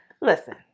listen